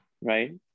right